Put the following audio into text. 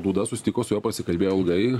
dūda susitiko su juo pasikalbėjo ilgai